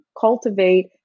cultivate